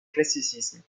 classicisme